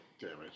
damage